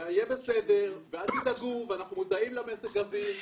יהיה בסדר, אל תדאגו, אנחנו מודעים למזג האוויר,